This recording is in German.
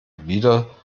wieder